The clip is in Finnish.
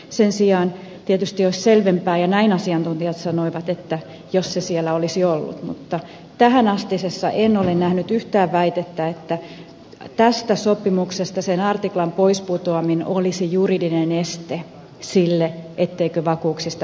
sen sijaan tietysti olisi selvempää ja näin asiantuntijat sanoivat jos se siellä olisi ollut mutta tähän asti en ole nähnyt yhtään väitettä että tästä sopimuksesta sen artiklan pois putoaminen olisi juridinen este sille että vakuuksista päästäisiin sopimukseen